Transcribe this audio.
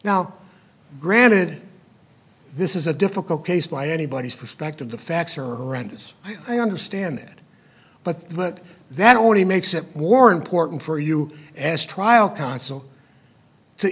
now granted this is a difficult case by anybody's perspective the facts are horrendous i understand that but but that only makes it more important for you as trial counsel